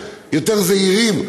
יותר זעירים,